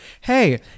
Hey